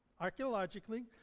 archaeologically